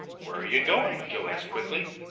where are you going? joe asked quickly.